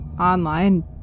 online